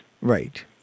Right